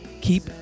Keep